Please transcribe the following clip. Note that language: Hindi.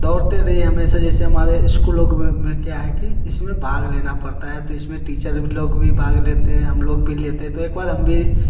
दौड़ते रहिए हमेशा जैसे हमारे स्कूलों में क्या है कि क्या है कि इसमें भाग लेना पड़ता है तो इसमें टीचर लोग भी भाग लेते हैं हम लोग भी भाग लेते थे एक बार हम भी